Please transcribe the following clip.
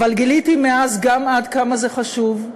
אבל גיליתי מאז עד כמה זה חשוב,